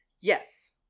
Yes